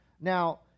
now